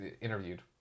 interviewed